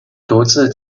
独自